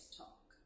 talk